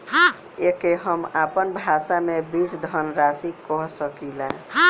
एके हम आपन भाषा मे बीज धनराशि कह सकीला